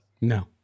No